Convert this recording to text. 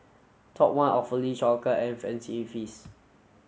Top One Awfully Chocolate and Fancy Feast